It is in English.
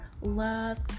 love